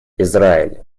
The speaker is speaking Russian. израиль